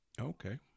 Okay